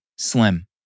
Slim